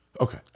Okay